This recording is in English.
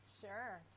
Sure